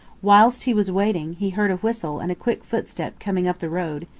whilst he was waiting, he heard a whistle and a quick footstep coming up the road,